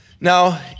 Now